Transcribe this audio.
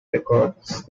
records